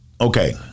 okay